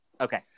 Okay